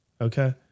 Okay